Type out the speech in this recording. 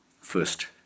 first